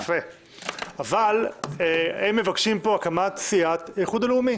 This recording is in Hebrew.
אבל הם מבקשים פה הקמת סיעת האיחוד הלאומי,